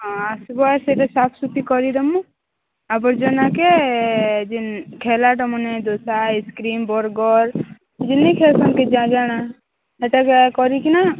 ହଁ ଆସିବୁ ଆସ୍ ଏଇଠି ସାଫ୍ ସୁତି କରି ଦବୁଁ ଆବର୍ଜନା କେ ଯିନ୍ ଠେଲାଟାମାନ ଦୋସା ଆଇସକ୍ରମ୍ ବର୍ଗର୍ ସେଇଟା କରି କିନା